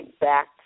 back